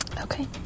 Okay